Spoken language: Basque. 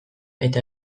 eta